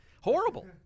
Horrible